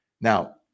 Now